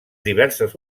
diverses